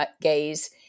gaze